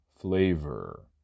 flavor